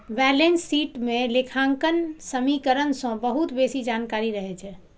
balance sheet मे लेखांकन समीकरण सं बहुत बेसी जानकारी रहै छै